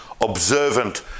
observant